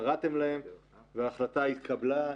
קראתם להם וההחלטה התקבלה.